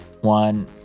one